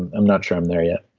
i'm not sure i'm there yet